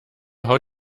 how